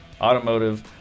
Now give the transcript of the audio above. automotive